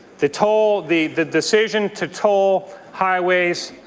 the toll, the the decision to toll highways,